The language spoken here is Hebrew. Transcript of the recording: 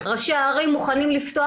ראשי הערים מוכנים לפתוח,